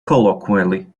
colloquially